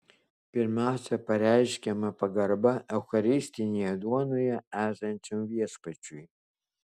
pirmiausia pareiškiama pagarba eucharistinėje duonoje esančiam viešpačiui